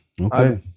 Okay